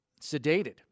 sedated